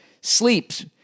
sleeps